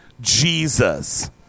Jesus